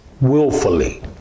willfully